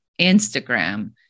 Instagram